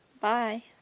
Bye